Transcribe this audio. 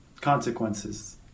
consequences